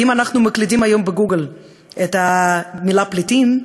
אם אנחנו מקלידים היום בגוגל את המילה פליטים,